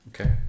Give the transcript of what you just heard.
okay